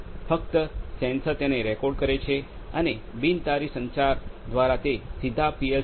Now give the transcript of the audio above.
ફક્ત સેન્સર તેને રેકોર્ડ કરે છે અને બિન તારી સંચારવાયરલેસ કમ્યુનિકેશન દ્વારા તે સીધા પી